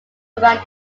around